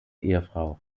ehefrau